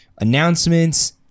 announcements